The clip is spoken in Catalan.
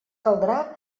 caldrà